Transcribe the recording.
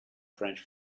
french